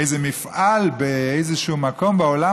איזה מפעל באיזשהו מקום בעולם,